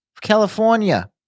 California